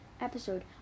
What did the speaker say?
episode